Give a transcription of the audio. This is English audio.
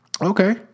Okay